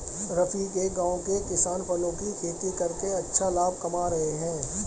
रफी के गांव के किसान फलों की खेती करके अच्छा लाभ कमा रहे हैं